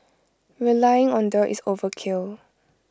relying on the is overkill